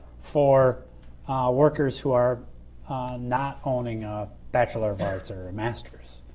for workers who are not owning a bachelor of arts or a masters.